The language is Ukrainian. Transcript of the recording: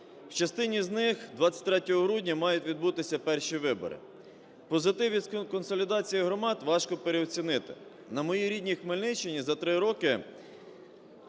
В частині з них 23 грудня мають відбутися перші вибори. Позитив від консолідації громад важко переоцінити. На моїй рідній Хмельниччині за 3 роки